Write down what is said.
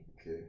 Okay